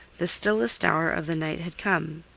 the stillest hour of the night had come,